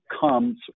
comes